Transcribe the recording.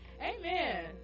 Amen